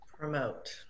Promote